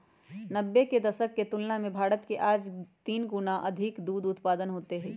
नब्बे के दशक के तुलना में भारत में आज तीन गुणा से अधिक दूध उत्पादन होते हई